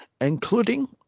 including